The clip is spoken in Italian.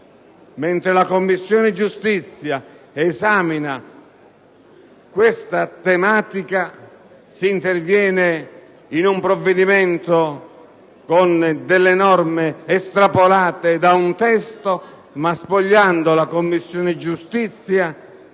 mentre la Commissione giustizia esamina questa tematica, si interviene con un provvedimento e con norme estrapolate da un testo, spogliando la Commissione dei suoi